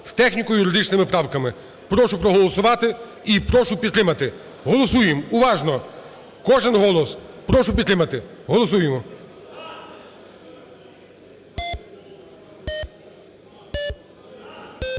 з техніко-юридичними правками. Прошу проголосувати і прошу підтримати. Голосуємо. Уважно, кожен голос. Прошу підтримати. Голосуємо.